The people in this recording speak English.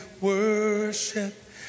worship